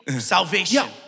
salvation